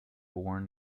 born